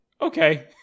Okay